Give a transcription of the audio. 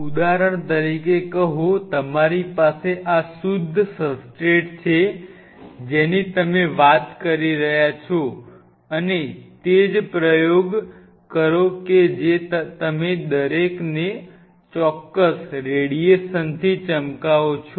ઉદાહરણ તરીકે કહો તમારી પાસે આ શુદ્ધ સબસ્ટ્રેટ્સ છે જેની તમે વાત કરી રહ્યા છો અને તે જ પ્રયોગ કરો જે તમે દરેકને ચોક્કસ રેડિએશન થી ચમકાવો છો